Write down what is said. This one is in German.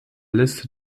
liste